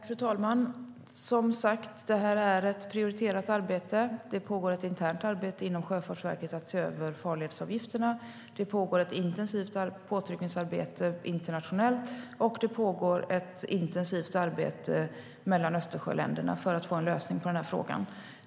Fru talman! Som sagt är detta ett prioriterat arbete. Det pågår ett internt arbete inom Sjöfartsverket för att se över farledsavgifterna. Det pågår ett intensivt påtryckningsarbete internationellt, och det pågår ett intensivt samarbete mellan Östersjöländerna för att få en lösning på den här frågan.